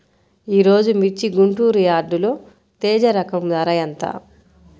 ఈరోజు మిర్చి గుంటూరు యార్డులో తేజ రకం ధర ఎంత?